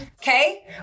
okay